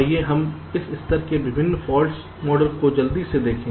तो आइए हम इस स्तर पर विभिन्न फाल्ट मॉडल को जल्दी से देखें